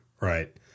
Right